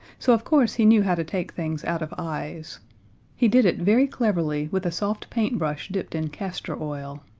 so of course he knew how to take things out of eyes he did it very cleverly with a soft paintbrush dipped in castor oil.